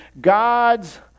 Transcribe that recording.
God's